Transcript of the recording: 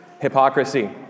hypocrisy